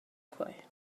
quei